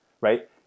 right